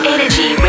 Energy